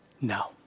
No